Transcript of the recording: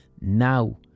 Now